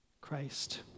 Christ